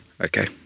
Okay